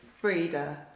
Frida